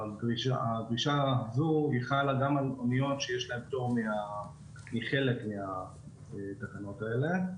הדרישה זו חלה גם על אוניות שיש להן פטור מחלק מהתקנות האלה.